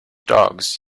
dogs